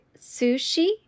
sushi